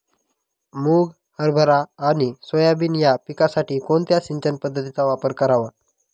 मुग, हरभरा आणि सोयाबीन या पिकासाठी कोणत्या सिंचन पद्धतीचा वापर करावा?